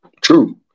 True